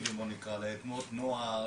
הנורמטיביים כמו הפעולות נוער,